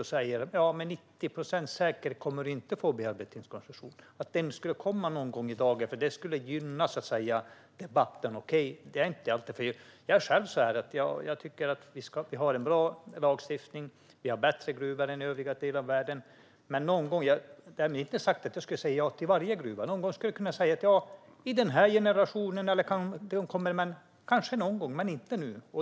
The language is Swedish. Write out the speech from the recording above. Man skulle kunna säga: Med 90 procents säkerhet kommer du inte att få koncession. Det skulle, så att säga, gynna debatten. Jag tycker att vi har en bra lagstiftning. Vi har bättre gruvor än man har i övriga delar av världen. Därmed är det inte sagt att jag skulle säga ja till varje gruva. Någon gång skulle jag kunna säga: Ja, kanske någon gång men inte nu.